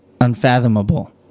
unfathomable